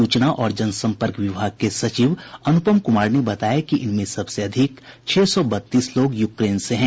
सूचना और जनसंपर्क विभाग के सचिव अनुपम कुमार ने बताया कि इनमें सबसे अधिक छह सौ बत्तीस लोग यूक्रेन से हैं